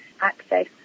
access